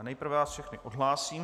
Nejprve vás všechny odhlásím.